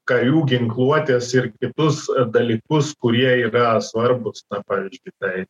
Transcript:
karių ginkluotės ir kitus dalykus kurie yra svarbūs na pavyzdžiui tai